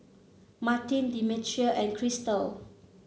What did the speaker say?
Martin Demetria and Chrystal